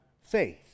faith